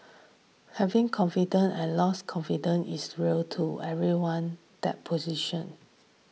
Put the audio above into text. having confidence and losing confidence is real too everyone that position